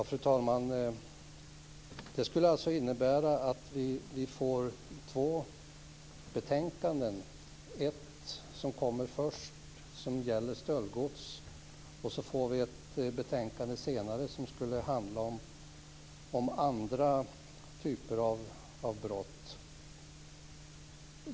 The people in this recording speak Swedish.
Fru talman! Det skulle alltså innebära två betänkanden, först ett som gäller stöldgods och senare ytterligare ett som gäller andra typer av brott.